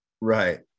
Right